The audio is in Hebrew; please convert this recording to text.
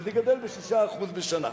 וזה גדל ב-6% בשנה.